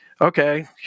okay